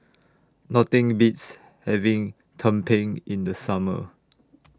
Nothing Beats having Tumpeng in The Summer